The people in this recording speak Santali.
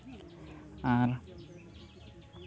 ᱟᱨ